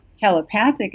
telepathic